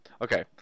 okay